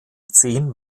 zehn